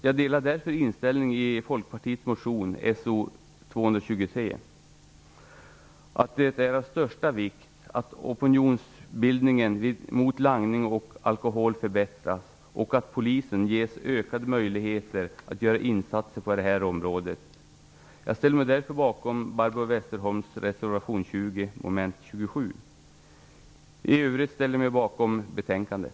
Jag delar därför inställningen i Folkpartiets motion So223, nämligen att det är av största vikt att opinionsbildningen mot langning och alkohol förbättras och att polisen ges ökade möjligheter att göra insatser på det här området. Jag ställer mig därför bakom I övrigt ställer jag mig bakom betänkandet.